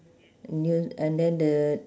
new~ and then the